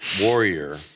warrior